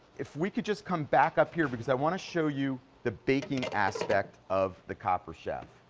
if we could just come back up here, because i want to show you the baking aspect of the copper chef.